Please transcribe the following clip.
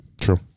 True